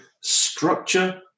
structure